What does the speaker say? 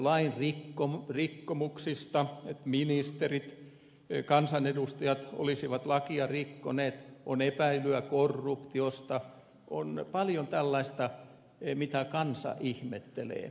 on epäilyjä lainrikkomuksista että ministerit kansanedustajat olisivat lakia rikkoneet on epäilyä korruptiosta on paljon tällaista mitä kansa ihmettelee